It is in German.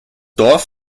dorf